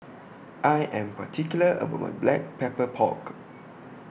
I Am particular about My Black Pepper Pork